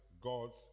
God's